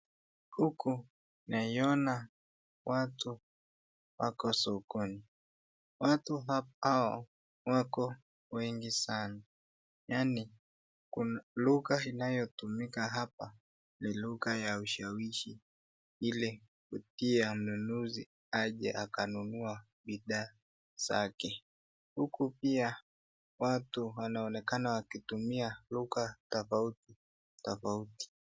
Huku naiona watu wako sokoni. Watu hao wako wengi sana yaani lugha inayotumika hapa ni lugha ya ushawishi ili kutia mnunuzi aje akanunua bidhaa zake. Huku pia watu wanaonekana wakitumia lugha tofauti tofauti.